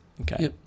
Okay